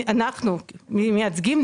המייצגים,